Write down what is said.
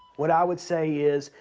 what i would say is,